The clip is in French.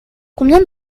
combien